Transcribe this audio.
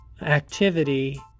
Activity